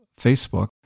Facebook